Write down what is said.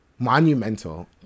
monumental